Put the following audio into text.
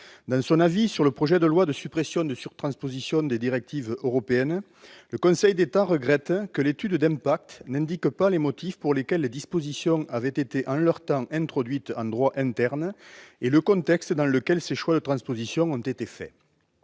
Dans son avis sur le projet de loi portant suppression de surtranspositions de directives européennes en droit français, le Conseil d'État « regrette que l'étude d'impact, [...], n'indique pas, [...], les motifs [...] pour lesquels les dispositions [...] avaient été en leur temps introduites en droit interne et le contexte dans lequel ces choix de transposition ont été faits